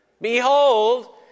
Behold